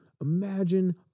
imagine